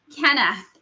Kenna